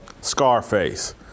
Scarface